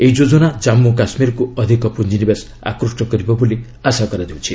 ଏହି ଯୋଜନା ଜାମ୍ମୁ ଓ କାଶ୍ମୀରକୁ ଅଧିକ ପୁଞ୍ଜି ନିବେଶ ଆକୃଷ୍ଟ କରିବ ବୋଲି ଆଶା କରାଯାଉଛି